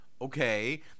Okay